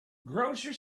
grocery